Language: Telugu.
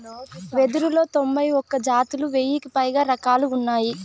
వెదురులో తొంభై ఒక్క జాతులు, వెయ్యికి పైగా రకాలు ఉన్నాయి